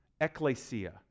ecclesia